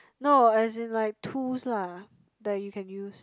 no as in like tools lah that you can use